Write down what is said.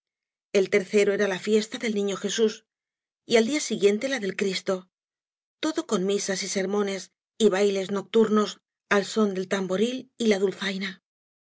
el tercero era la fiesta del nifio jesús y al día siguiente la del cristo todo con misas y sermones y bailes nocturnos al son del tamboril y la dulzaina